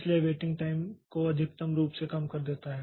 इसलिए यह waiting time को अधिकतम रूप से कम कर देता है